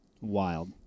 Wild